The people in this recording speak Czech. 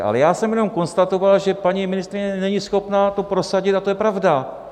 Ale já jsem jenom konstatoval, že paní ministryně není schopna to prosadit, a to je pravda.